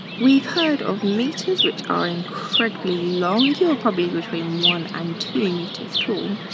we've heard of meters which are incredibly long. you're probably between one and two meters tall.